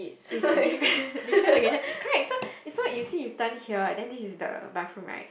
is different different location correct so is so you see you turn here and then this is the bathroom right